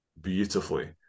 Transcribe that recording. beautifully